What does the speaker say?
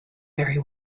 very